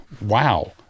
wow